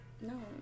No